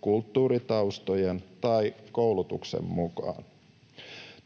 kulttuuritaustojen tai koulutuksen mukaan.